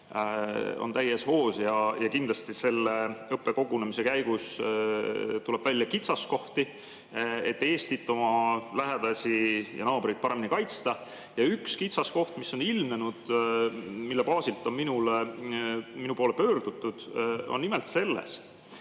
on täies hoos ja kindlasti selle õppekogunemise käigus tuleb välja kitsaskohti, [mida lahendada,] et Eestit, oma lähedasi ja oma naabreid paremini kaitsta. Üks kitsaskoht, mis on ilmnenud ja millega seoses on minu poole pöördutud, on nimelt see,